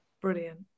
Brilliant